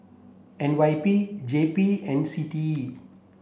N Y P J P and C T E